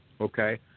Okay